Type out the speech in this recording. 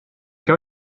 che